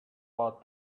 out